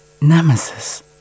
Nemesis